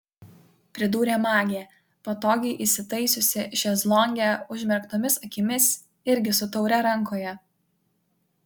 pridūrė magė patogiai įsitaisiusi šezlonge užmerktomis akimis irgi su taure rankoje